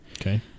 okay